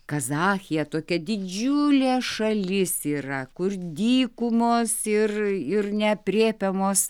kazachija tokia didžiulė šalis yra kur dykumos ir ir neaprėpiamos